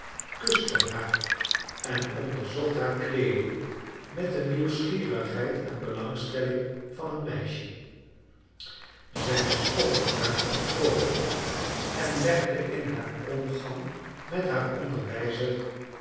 kuste haar en onderzocht haar kleeding met de nieuwsgierigheid en belangstelling van een meisje zij was opgeruimd en vroolijk en legde in haar omgang met haar onderwijzer